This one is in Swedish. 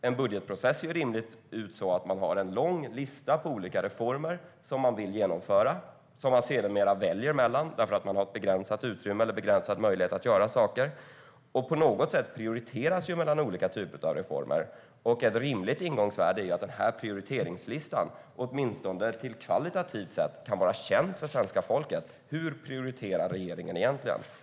En budgetprocess ser rimligen ut på det sättet att man har en lång lista med olika reformer som man vill genomföra och som man sedermera väljer mellan därför att man har ett begränsat utrymme eller begränsade möjligheter att göra saker. På något sätt prioriteras mellan olika typer av reformer. Ett rimligt ingångsvärde är att denna prioriteringslista åtminstone kvalitativt sett kan vara känd för svenska folket. Hur prioriterar regeringen egentligen?